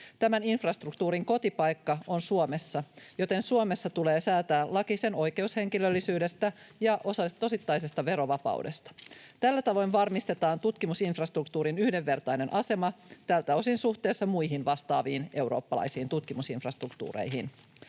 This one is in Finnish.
Tämän infrastruktuurin kotipaikka on Suomessa, joten Suomessa tulee säätää laki sen oikeushenkilöllisyydestä ja osittaisesta verovapaudesta. Tällä tavoin varmistetaan tutkimusinfrastruktuurin yhdenvertainen asema tältä osin suhteessa muihin vastaaviin eurooppalaisiin tutkimusinfrastruktuureihin.